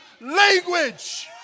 language